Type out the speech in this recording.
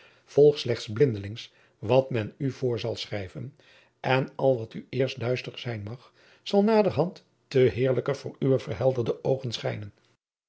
volg slechts blindelings wat men u voor zal schrijven en al wat u eerst duister zijn mag zal naderhand te heerlijker voor uwe verhelderde oogen schijnen